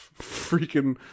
freaking